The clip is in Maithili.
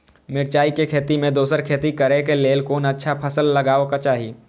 मिरचाई के खेती मे दोसर खेती करे क लेल कोन अच्छा फसल लगवाक चाहिँ?